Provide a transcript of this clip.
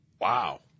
Wow